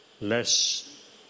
less